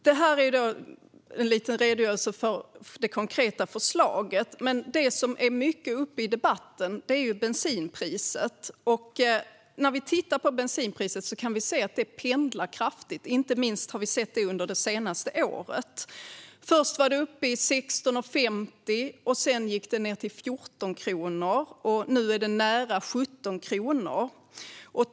Detta var en liten redogörelse för det konkreta förslaget, men det som tas upp mycket i debatten är bensinpriset. När vi tittar på bensinpriset kan vi se att det pendlar kraftigt. Vi har sett detta inte minst under det senaste året. Först var det uppe i 16,50, sedan gick det ned till 14 kronor och nu är det nära 17 kronor.